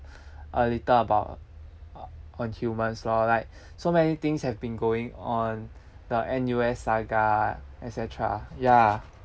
a little about on humans lor like so many things have been going on the N_U_S saga et cetera ya